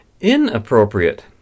inappropriate